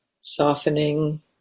softening